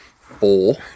four